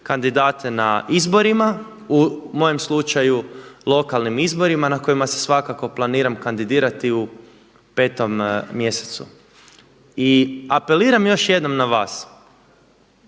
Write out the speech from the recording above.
kandidate na izborima, u mojem slučaju na lokalnim izborima na kojima se svakako planiram kandidirati u 5. mjesecu. I apeliram još jednom na vas,